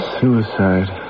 suicide